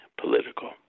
political